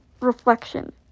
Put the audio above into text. reflection